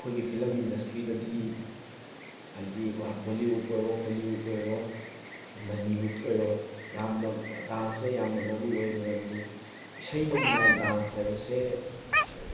ꯑꯩꯈꯣꯏꯒꯤ ꯐꯤꯂꯝ ꯏꯟꯗꯁꯇ꯭ꯔꯤꯗꯗꯤ ꯍꯥꯏꯗꯤ ꯕꯣꯂꯤꯋꯨꯠ ꯑꯣꯏꯔꯣ ꯍꯣꯂꯤꯋꯨꯠ ꯑꯣꯏꯔꯣ ꯃꯅꯤꯋꯨꯠ ꯑꯣꯏꯔꯣ ꯌꯥꯝꯅ ꯗꯥꯟꯁꯁꯦ ꯌꯥꯝꯅ ꯃꯔꯨꯑꯣꯏ ꯃꯔꯝꯗꯤ ꯏꯁꯩ ꯅꯣꯡꯃꯥꯏ ꯗꯥꯟꯁ ꯍꯥꯏꯕꯁꯦ